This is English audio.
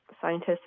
scientists